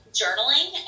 journaling